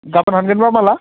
गाबोन हानगोबा माब्ला